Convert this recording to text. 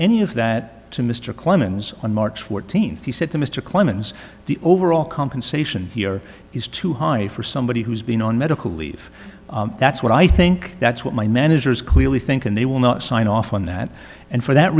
any of that to mr clemens on march fourteenth he said to mr clemens the overall compensation here is too high for somebody who's been on medical leave that's what i think that's what my managers clearly think and they will not sign off on that and for that